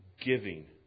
giving